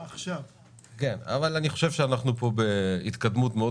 אבל אני חושב שאנחנו בהתקדמות מאוד